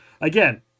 Again